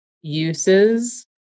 uses